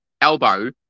elbow